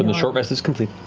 and short rest is complete.